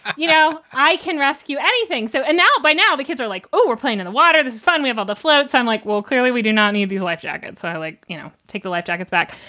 you know, i can rescue anything. so and now by now, the kids are like, oh, we're playing in the water. this is fun. we have all the floats. i'm like, well, clearly we do not need these life jackets. i like, you know, take the life jackets back,